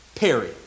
Perry